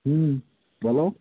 হুম বলো